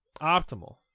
Optimal